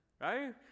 Right